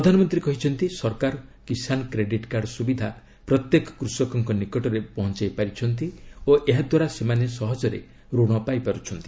ପ୍ରଧାନମନ୍ତ୍ରୀ କହିଛନ୍ତି ସରକାର କିଶାନ୍ କ୍ରେଡିଟ୍କାର୍ଡ ସୁବିଧା ପ୍ରତ୍ୟେକ କୃଷକଙ୍କ ନିକଟରେ ପହଞ୍ଚାଇ ପାରିଛନ୍ତି ଓ ଏହାଦ୍ୱାରା ସେମାନେ ସହଜରେ ଋଣ ପାଇପାର୍ଚ୍ଛନ୍ତି